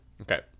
Okay